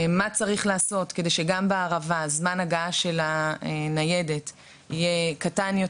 מה צריך לעשות כדי שגם בערבה זמן ההגעה של הניידת יהיה קטן יותר.